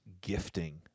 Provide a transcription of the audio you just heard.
gifting